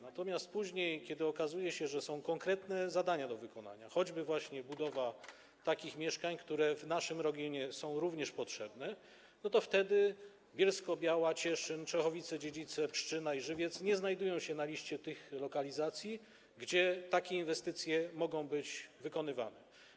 Natomiast później, kiedy okazuje się, że są konkretne zadania do wykonania, choćby właśnie budowa takich mieszkań, które w naszym regionie są również potrzebne, to wtedy Bielsko-Biała, Cieszyn, Czechowice-Dziedzice, Pszczyna i Żywiec nie znajdują się na liście lokalizacji, gdzie takie inwestycje mogą być realizowane.